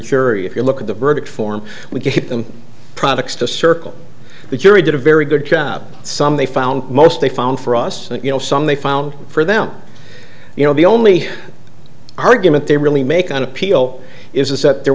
jury if you look at the verdict form we get them products to circle the jury did a very good job some they found most they found for us that you know some they found for them you know the only argument they really make on appeal is that there